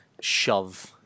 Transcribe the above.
shove